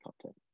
content